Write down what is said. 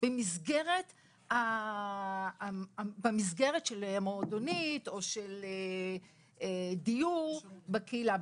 ולקבל את השירותים במסגרת של המועדונית או של הדיור בקהילה,